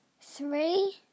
three